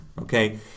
okay